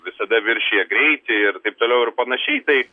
visada viršija greitį ir taip toliau ir panašiai tai